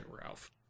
Ralph